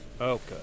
Okay